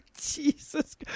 Jesus